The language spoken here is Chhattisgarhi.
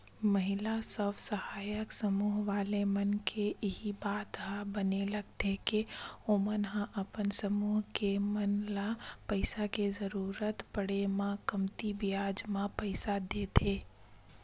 महिला स्व सहायता समूह वाले मन के इही बात ह बने लगथे के ओमन ह अपन समूह के मन ल पइसा के जरुरत पड़े म कमती बियाज म पइसा देथे